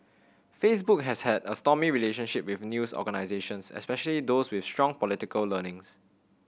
Facebook has had a stormy relationship with news organisations especially those with strong political leanings